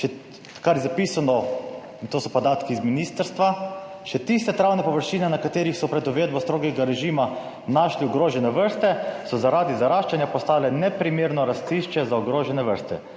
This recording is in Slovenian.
kar je zapisano in to so podatki z ministrstva, še tiste travne površine na katerih so pred uvedbo strogega režima našli ogrožene vrste, so zaradi zaraščanja postale neprimerno rastišče za ogrožene vrste.